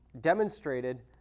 demonstrated